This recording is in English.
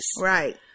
Right